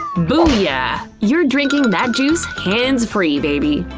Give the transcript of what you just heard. boo-ya! you're drinking that juice hands-free, baby!